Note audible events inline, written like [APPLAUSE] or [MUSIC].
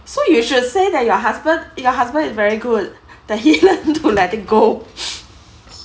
so you should say that your husband your husband is very good that he learned to let it go [NOISE]